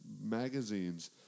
magazines